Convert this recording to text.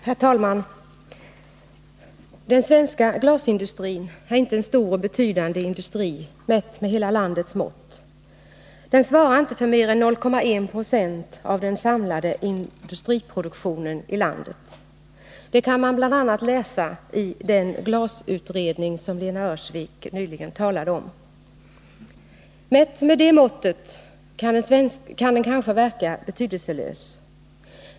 Herr talman! Den svenska glasindustrin är inte en stor och betydande industri mätt med hela landets mått. Den svarar inte för mer än 0,1 90 av den samlade industriproduktionen i landet. Det kan man bl.a. läsa i den glasutredning som Lena Öhrsvik nyligen talade om. Mätt med det måttet kan glasindustrin kanske verka betydelselös.